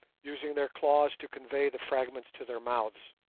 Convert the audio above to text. using their claws to convey the fragments to their mouths.